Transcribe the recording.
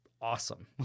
awesome